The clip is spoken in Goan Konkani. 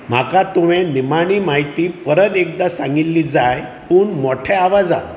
म्हाका तुवें निमाणी म्हायती परत एकदां सांगिल्ली जाय पूण मोठ्या आवाजान